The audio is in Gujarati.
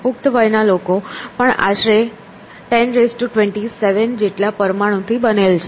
પુખ્ત વયના લોકો પણ આશરે 1027 જેટલા પરમાણુ થી બનેલ છે